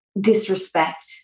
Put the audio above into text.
disrespect